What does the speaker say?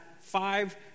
five